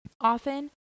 Often